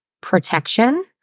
protection